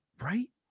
Right